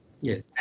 yes